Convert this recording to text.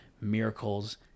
miracles